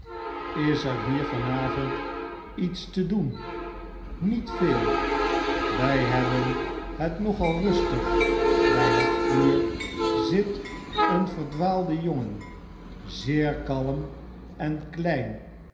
is er hier van avond iets tedoen niet veel wij hebben het nogal rustig bij het vuur zit een verdwaalde jongen zeer kalm en klein